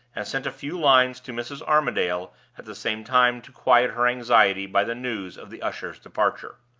and sent a few lines to mrs. armadale at the same time to quiet her anxiety by the news of the usher's departure.